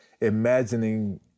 imagining